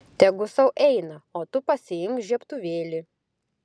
tegu sau eina o tu pasiimk žiebtuvėlį